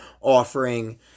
offering